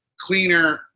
cleaner